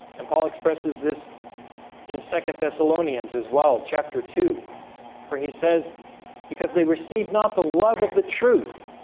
and paul expresses this in second thessalonians as well chapter two where he says because they received not the love of the truth